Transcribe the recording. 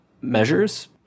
measures